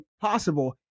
possible